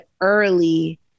early